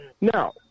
Now